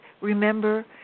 remember